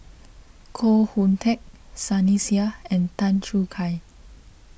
Koh Hoon Teck Sunny Sia and Tan Choo Kai